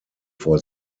vor